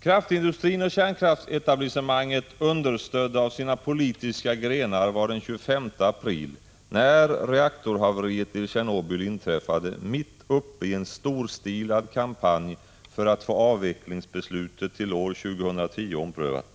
Kraftindustrin och kärnkraftsetablissemanget, understödda av sina politiska grenar, var den 25 april, när reaktorhaveriet i Tjernobyl inträffade, mitt uppe i en storstilad kampanj för att få avvecklingsbeslutet till år 2010 omprövat.